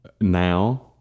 now